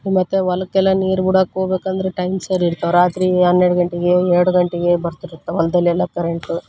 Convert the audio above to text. ಮತ್ತು ಹೊಲಕ್ಕೆಲ್ಲ ನೀರು ಬಿಡಕ್ಕೆ ಹೋಗ್ಬೇಕಂದ್ರ ಟೈಮ್ ಶೇರ್ ಇರ್ತವೆ ರಾತ್ರಿ ಹನ್ನೆರಡು ಗಂಟೆಗೆ ಎರಡು ಗಂಟೆಗೆ ಬರ್ತಿರ್ತಾವೆ ಹೊಲ್ದಲ್ಲೆಲ್ಲ ಕರೆಂಟು